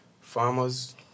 farmers